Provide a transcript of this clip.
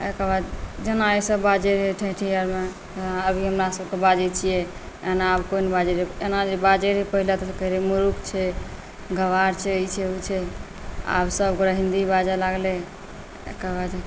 एकर बाद जेना एहिसब बाजै रहै ठेठी आओरमे अभी हमरासबके बाजै छिए एना आब कोइ नहि बाजै छै एना जे बाजै रहै पहिले तऽ कहै रहे मुरुख छै गमार छै ई छै ओ छै आब सबगोटे हिन्दिए बाजै लागलै एकर बाद